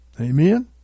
Amen